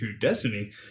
Destiny